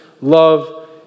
love